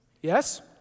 Yes